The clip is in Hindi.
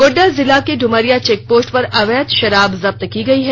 गोड्डा जिला के डुमरिया चेक पोस्ट पर अवैध शराब जब्त की है